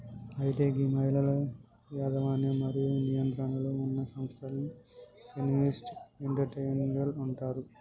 అయితే గీ మహిళల యజమన్యం మరియు నియంత్రణలో ఉన్న సంస్థలను ఫెమినిస్ట్ ఎంటర్ప్రెన్యూరిల్ అంటారు